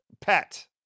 pet